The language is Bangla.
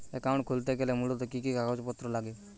অ্যাকাউন্ট খুলতে গেলে মূলত কি কি কাগজপত্র লাগে?